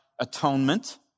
atonement